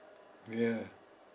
ya